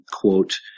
quote